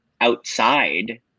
outside